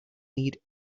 need